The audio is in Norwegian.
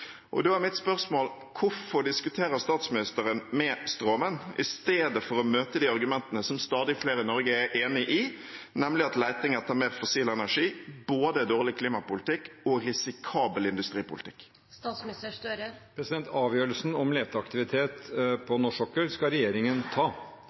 Da er mitt spørsmål: Hvorfor diskuterer statsministeren med stråmenn i stedet for å møte de argumentene som stadig flere i Norge er enige i, nemlig at leting etter mer fossil energi er både dårlig klimapolitikk og risikabel industripolitikk? Avgjørelsen om leteaktivitet på